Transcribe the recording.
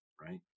Right